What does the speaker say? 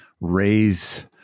raise